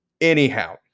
Anyhow